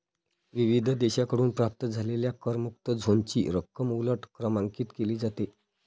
विविध देशांकडून प्राप्त झालेल्या करमुक्त झोनची रक्कम उलट क्रमांकित केली जाते